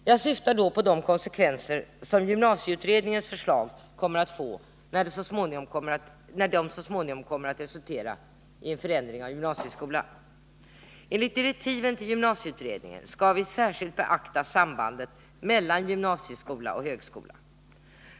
Jag syftar då på de konsekvenser som gymnasieutredningens förslag kommer att få när de så småningom kommer att resultera i en förändring av gymnasieskolan. Enligt direktiven till gymnasieutredningen skall vi särskilt beakta sambandet mellan gymnasieskola och högskola.